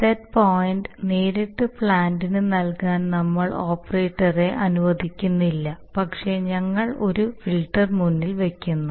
set point നേരിട്ട് പ്ലാന്റിന് നൽകാൻ നമ്മൾ ഓപ്പറേറ്ററെ അനുവദിക്കുന്നില്ല പക്ഷേ ഞങ്ങൾ ഒരു ഫിൽട്ടർ മുന്നിൽ വയ്ക്കുന്നു